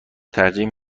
ترجیح